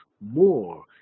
more